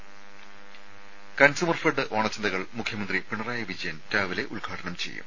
ത consumer fed ഓണച്ചന്തകൾ മുഖ്യമന്ത്രി പിണറായി വിജയൻ രാവിലെ ഉദ്ഘാടനം ചെയ്യും